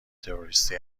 تروریستی